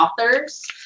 authors